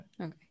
okay